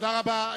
תודה רבה.